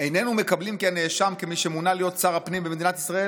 "איננו מקבלים כי הנאשם כמי שמונה להיות שר הפנים במדינת ישראל,